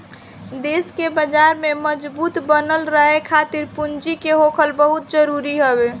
देस के बाजार में मजबूत बनल रहे खातिर पूंजी के होखल बहुते जरुरी हवे